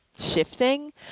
shifting